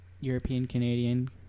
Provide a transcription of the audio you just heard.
European-Canadian